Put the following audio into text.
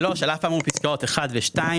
(3)על אף האמור בפסקאות (1) ו-(2),